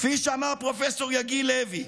כפי שאמר פרופ' יגיל לוי,